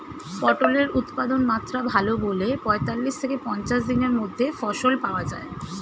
পটলের উৎপাদনমাত্রা ভালো বলে পঁয়তাল্লিশ থেকে পঞ্চাশ দিনের মধ্যে ফসল পাওয়া যায়